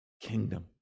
kingdom